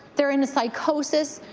they're in a seecosis,